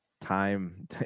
time